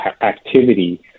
activity